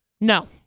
No